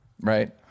right